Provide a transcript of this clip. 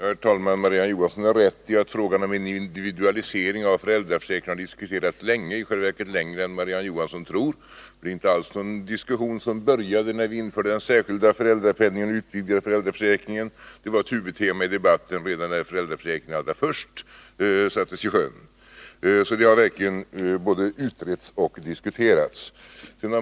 Herr talman! Marie-Ann Johansson har rätt i att frågan om en individualisering av föräldraförsäkringen har diskuterats länge, i själva verket längre än Marie-Ann Johansson tror. Diskussionen började inte alls när vi införde den särskilda föräldrapenningen och den utbyggda föräldraförsäkringen. Individualiseringen var ett huvudtema i debatten redan när föräldraförsäkringen allra först sattes i sjön. Så frågan har verkligen både utretts och diskuterats.